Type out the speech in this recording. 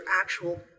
actual